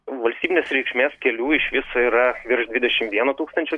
valstybinės reikšmės kelių iš viso yra virš dvidešim vieno tūkstančio